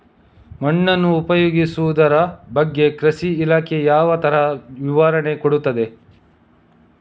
ಮಣ್ಣನ್ನು ಉಪಯೋಗಿಸುದರ ಬಗ್ಗೆ ಕೃಷಿ ಇಲಾಖೆ ಯಾವ ತರ ವಿವರಣೆ ಕೊಡುತ್ತದೆ?